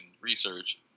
research